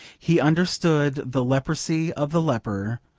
he understood the leprosy of the leper,